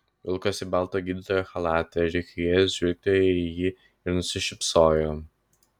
vilkosi baltą gydytojo chalatą ir rikiui įėjus žvilgtelėjo į jį ir nusišypsojo